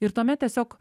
ir tuomet tiesiog